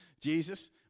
Jesus